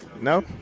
No